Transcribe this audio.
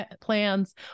plans